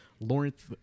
Lawrence